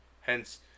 Hence